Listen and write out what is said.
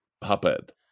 puppet